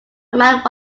mount